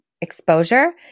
exposure